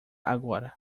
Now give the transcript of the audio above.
agora